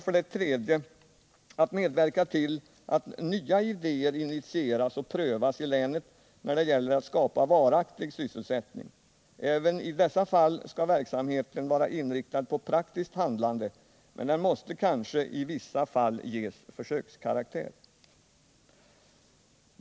För det tredje att medverka till att nya idéer initieras och prövas i länet när det gäller att skapa varaktig sysselsättning; även i dessa fall skall verksamheten vara inriktad på praktiskt handlande, men den måste kanske i vissa fall ges försökskaraktär.